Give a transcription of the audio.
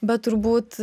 bet turbūt